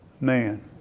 man